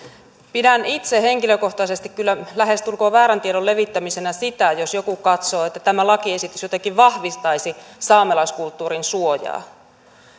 pidän itse henkilökohtaisesti lähestulkoon väärän tiedon levittämisenä sitä jos joku katsoo että tämä lakiesitys jotenkin vahvistaisi saamelaiskulttuurin suojaa